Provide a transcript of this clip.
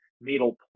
middle